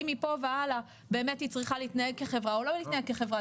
האם מפה והלאה באמת היא צריכה להתנהג כחברה או לא להתנהג כחברה,